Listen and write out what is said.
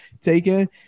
taken